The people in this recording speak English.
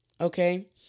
Okay